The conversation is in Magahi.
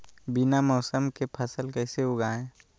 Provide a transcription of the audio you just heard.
बिना मौसम के फसल कैसे उगाएं?